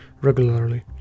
regularly